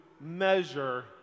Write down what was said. measure